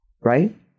Right